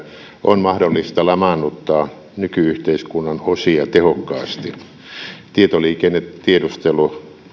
on mahdollista lamaannuttaa nyky yhteiskunnan osia tehokkaasti tietoliikennetiedustelu